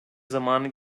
zamanı